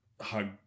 hug